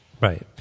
right